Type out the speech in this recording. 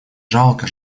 жалко